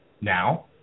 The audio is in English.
Now